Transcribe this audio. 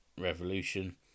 Revolution